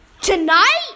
Tonight